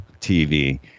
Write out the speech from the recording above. TV